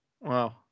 Wow